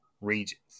regions